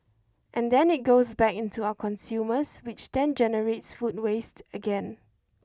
and then it goes back into our consumers which then generates food waste again